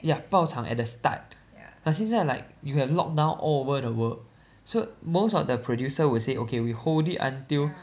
ya 爆场 at the start but 现在 like you have lockdown all over the world so most of the producer will say okay we hold it until